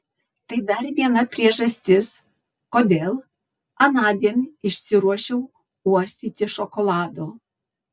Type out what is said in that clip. tai dar viena priežastis kodėl anądien išsiruošiau uostyti šokolado